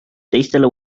teistele